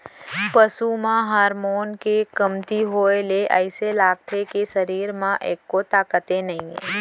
पसू म हारमोन के कमती होए ले अइसे लागथे के सरीर म एक्को ताकते नइये